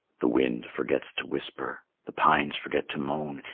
the wind forgets to whisper, the pines forget to moan,